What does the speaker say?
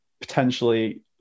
potentially